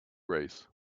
race